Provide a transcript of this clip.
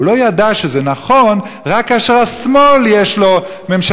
הוא לא ידע שזה נכון רק כאשר לשמאל יש ממשלה